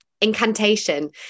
incantation